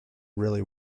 really